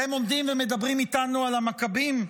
אתם עומדים ומדברים איתנו על המכבים?